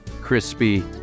Crispy